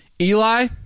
Eli